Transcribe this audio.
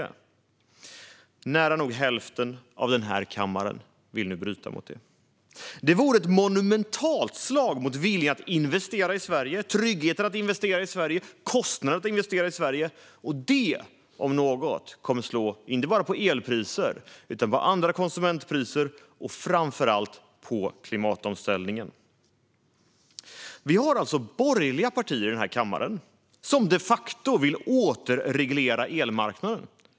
Men nära nog hälften av denna kammare vill nu bryta mot detta. Det vore ett monumentalt slag mot viljan, tryggheten och kostnaden för att investera i Sverige. Det om något kommer att slå inte bara på elpriset utan på andra konsumentpriser och framför allt på klimatomställningen. Vi har alltså borgerliga partier i den här kammaren som de facto vill återreglera elmarknaden.